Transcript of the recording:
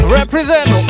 represent